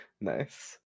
Nice